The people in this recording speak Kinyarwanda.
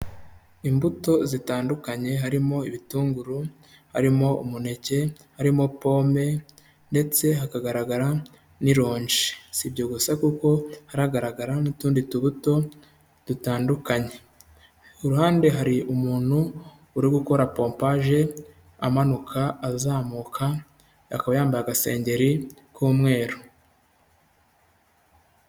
Imbuto zitandukanye, harimo: ibitunguru, harimo umuneke, harimo pome, ndetse hakagaragara n'ironji. Si ibyo gusa kuko haragaragara n'utundi tubuto dutandukanye. Ku ruhande hari umuntu uri gukora pompaje amanuka, azamuka, akaba yambaye agasengeri k'umweru.